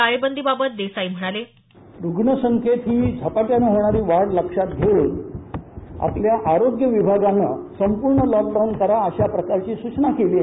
टाळेबंदीबाबत देसाई म्हणाले रुग्णसंख्येची झपाट्याने होणारी वाढ लक्षात घेऊन आपल्या आरोग्य विभागाने संपूर्ण लॉकडाऊन करा अशा प्रकारची सूचना केली आहे